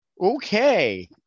Okay